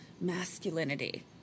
masculinity